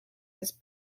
his